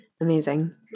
Amazing